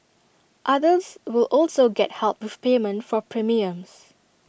others will also get help with payment for premiums